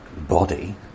body